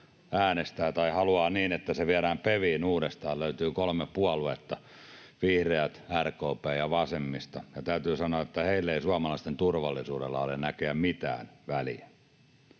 tai haluaa, että se viedään PeViin uudestaan — kolme puoluetta: vihreät, RKP ja vasemmisto. Täytyy sanoa, että heille ei suomalaisten turvallisuudella ole näköjään mitään väliä.